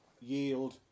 yield